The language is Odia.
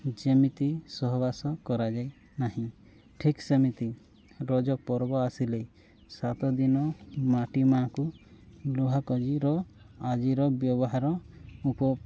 ଯେମିତି ସହବାସ କରାଯାଏ ନାହିଁ ଠିକ୍ ସେମିତି ରଜପର୍ବ ଆସିଲେ ସାତଦିନ ମାଟି ମା'କୁ ଲୁହା କଜିର ଆଦିର ବ୍ୟବହାର ଉପ